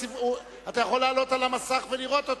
אתה יכול להעלות אותו על המסך ולראות אותו.